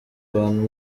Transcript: abantu